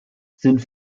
sind